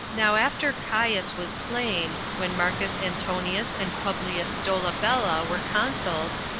now after caius was slain, when marcus antonius and publius dolabella were consuls,